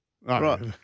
Right